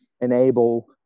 enable